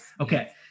Okay